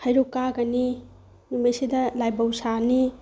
ꯍꯩꯔꯨꯛ ꯀꯥꯒꯅꯤ ꯅꯨꯃꯤꯠꯁꯤꯗ ꯂꯥꯏꯕꯧ ꯁꯥꯅꯤ